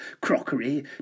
crockery